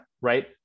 right